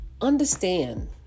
Understand